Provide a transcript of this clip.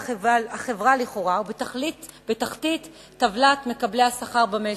החברה לכאורה ובתחתית טבלת מקבלי השכר במשק,